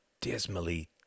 dismally